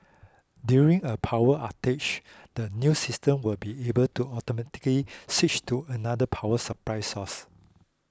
during a power outage the new system will be able to automatically switch to another power supply source